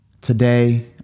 Today